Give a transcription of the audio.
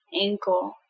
ankle